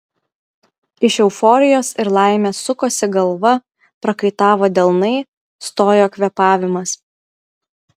iš euforijos ir laimės sukosi galva prakaitavo delnai stojo kvėpavimas